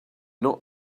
not